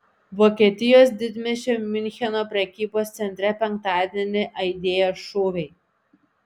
vokietijos didmiesčio miuncheno prekybos centre penktadienį aidėjo šūviai